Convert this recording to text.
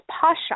Pasha